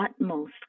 utmost